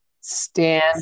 stand